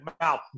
mouth